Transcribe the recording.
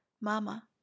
Mama